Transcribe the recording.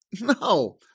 No